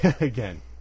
again